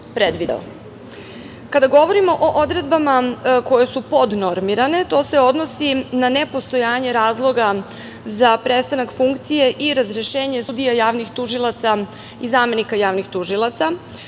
predvideo. Kada govorimo o odredbama koje su podnormirane, to se odnosi na nepostojanje razloga za prestanak funkcije i razrešenje sudija, javnih tužilaca i zamenika javnih tužilaca.